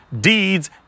deeds